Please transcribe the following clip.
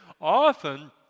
often